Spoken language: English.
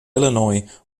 illinois